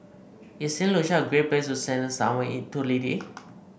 is Saint Lucia a great place to spend the summer